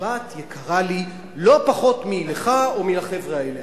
השבת יקרה לי לא פחות מאשר לך או לחבר'ה האלה.